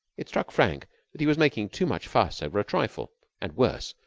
it struck frank that he was making too much fuss over a trifle and, worse,